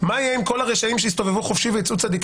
זה הצורך להנחיל את התודעה שרשויות אכיפת